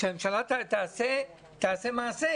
שהממשלה תעשה מעשה,